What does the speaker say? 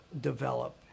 develop